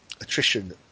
attrition